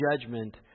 judgment